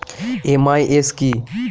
MIS কি?